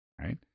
right